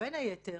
שבין היתר